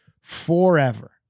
forever